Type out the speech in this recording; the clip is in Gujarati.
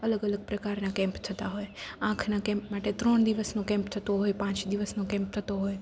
અલગ અલગ પ્રકારના કેમ્પ થતાં હોય આંખના કેમ્પ માટે ત્રણ દિવસનો કેમ્પ થતો હોય પાંચ દિવસનો કેમ્પ થતો હોય